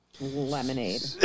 lemonade